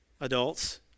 Adults